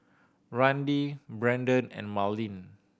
Randi Brendon and Marlyn